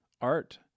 art